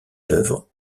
d’œuvre